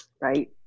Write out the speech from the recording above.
Right